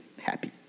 happy